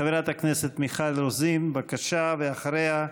חברת הכנסת מיכל רוזין, בבקשה, ואחריה,